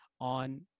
on